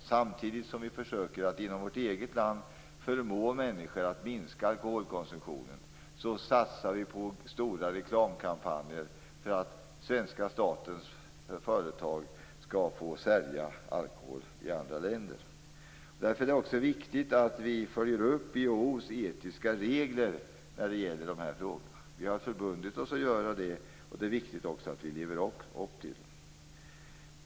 Samtidigt som vi försöker att inom vårt eget land förmå människor att minska alkoholkonsumtionen, satsar vi stora pengar på reklamkampanjer för att svenska statens företag skall få sälja alkohol i andra länder. Därför är det också viktigt att vi följer upp WHO:s etiska regler när det gäller de här frågorna. Vi har förbundit oss att göra det, och det är viktigt att vi lever upp till det.